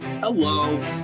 Hello